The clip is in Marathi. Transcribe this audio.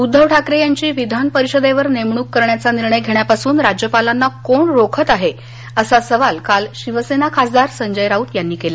उद्धव ठाकरे यांची विधानपरिषदेवर नेमणूक करण्याचा निर्णय घेण्यापासून राज्यपालांना कोण रोखतं आहे असा सवाल काल शिवसेना खासदार संजय राऊत यांनी केला